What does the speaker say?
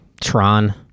Tron